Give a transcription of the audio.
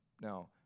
Now